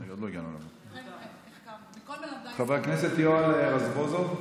חבר הכנסת יואל רזבוזוב,